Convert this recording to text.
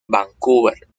vancouver